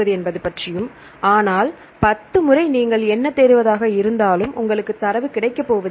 என்பது பற்றியும் ஆனால் 10 முறை நீங்கள் என்ன தேடுவதாக இருந்தாலும் உங்களுக்கு தரவு கிடைக்கப்போவதில்லை